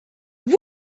woot